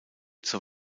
zur